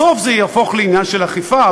בסוף זה יהפוך לעניין של אכיפה,